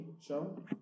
show